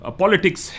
politics